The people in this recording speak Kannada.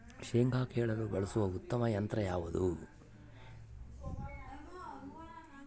ಶೇಂಗಾ ಕೇಳಲು ಬಳಸುವ ಉತ್ತಮ ಯಂತ್ರ ಯಾವುದು?